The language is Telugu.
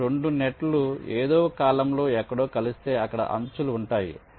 మరియు 2 నెట్ లు ఏదో కాలమ్లో ఎక్కడో కలుస్తే అక్కడ అంచులు ఉంటాయి